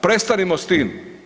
Prestanimo s tim!